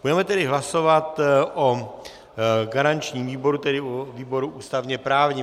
Budeme tedy hlasovat o garančním výboru, tedy o výboru ústavněprávním.